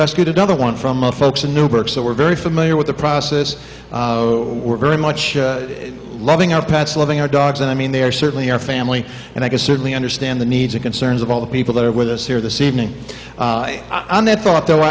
rescued another one from folks in newburgh so we're very familiar with the process we're very much loving our pets loving our dogs and i mean they are certainly our family and i certainly understand the needs and concerns of all the people that are with us here this evening i never thought though